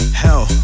hell